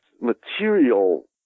material